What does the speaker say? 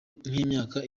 nk’imyaka